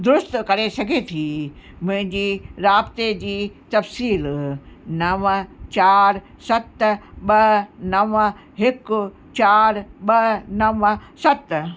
दुरुस्त करे सघे थी मुंहिंजी राब्ते जी तफ़सील नव चार सत ॿ नव हिकु चार ॿ नव सत